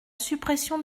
suppression